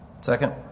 Second